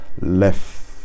left